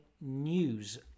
news